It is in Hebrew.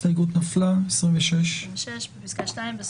הצבעה הסתייגות 25 לא